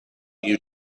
you